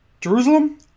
Jerusalem